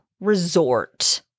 resort